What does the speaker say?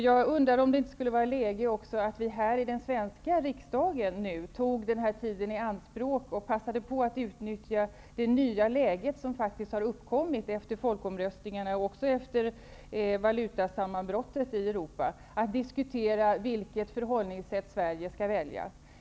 Jag undrar om det inte skulle vara läge att vi också här i den svenska riksdagen tog tiden i anspråk och passade på att utnyttja den nya situation som har uppkommit efter folkomröstningarna och efter valutasammanbrottet i Europa, att diskutera vilket förhållningssätt Sverige skall välja.